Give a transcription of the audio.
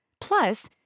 plus